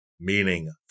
meaning